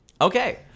Okay